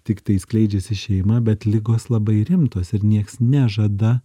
tiktai skleidžiasi šeima bet ligos labai rimtos ir nieks nežada